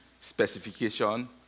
specification